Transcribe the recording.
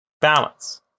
balance